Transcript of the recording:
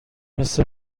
مثه